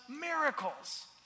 miracles